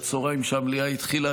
כשהמליאה התחילה,